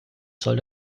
soll